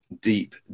deep